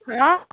ହଁ